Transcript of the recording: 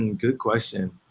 and good question.